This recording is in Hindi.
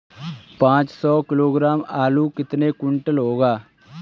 पाँच सौ किलोग्राम आलू कितने क्विंटल होगा?